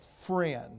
friend